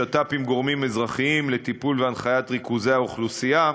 שת"פ עם גורמים אזרחיים לטיפול והנחיית ריכוזי האוכלוסייה,